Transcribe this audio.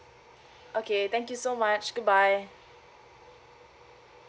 okay thank you so much goodbye